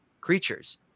creatures